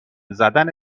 زدن